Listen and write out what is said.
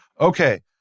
Okay